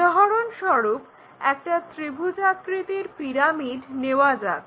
উদাহরণস্বরূপ একটা ত্রিভুজাকৃতির পিরামিড নেওয়া যাক